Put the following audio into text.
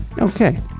Okay